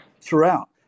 throughout